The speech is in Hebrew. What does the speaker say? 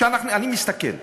כשאני מסתכל,